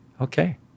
okay